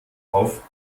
auf